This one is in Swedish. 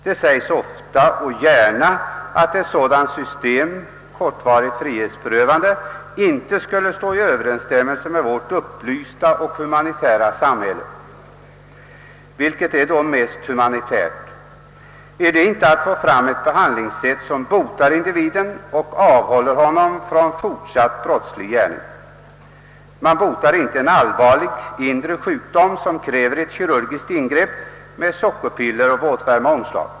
Det hävdas ofta och gärna att ett sådant system med kortvarigt frihetsberövande inte skulle stå i överensstämmelse med vårt upplysta och humanitära samhälle. Vilket är då mest humanitärt? Är det inte att söka skapa ett behandlingssätt som botar individen och avhåller honom från fortsatt brottslig gärning? Man botar inte en allvarlig inre sjukdom, som kräver ett kirurgiskt ingrepp, med sockerpiller och våtvarma omslag.